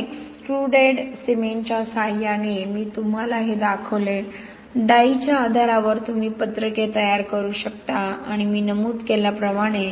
म्हणून एक्सट्रुडेड सिमेंटच्या सहाय्याने मी तुम्हाला हे दाखवले डाईच्या आधारावर तुम्ही पत्रके तयार करू शकता आणि मी नमूद केल्याप्रमाणे